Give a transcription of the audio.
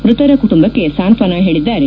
ಮೃತರ ಕುಟುಂಬಕ್ಕೆ ಸಾಂತ್ವನ ಹೇಳಿದ್ದಾರೆ